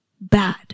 bad